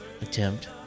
attempt